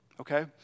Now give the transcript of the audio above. okay